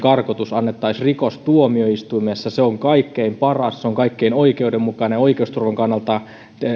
karkotus annettaisiin rikostuomioistuimessa se on kaikkein paras se on kaikkein oikeudenmukaisin ja oikeusturvan kannalta